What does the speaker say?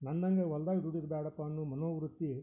ನನ್ನ ಹಂಗ ಹೊಲ್ದಾಗ್ ದುಡಿಯೋದ್ ಬೇಡಪ್ಪ ಅನ್ನೊ ಮನೋವೃತ್ತಿ